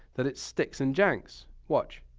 that it sticks and janks. watch.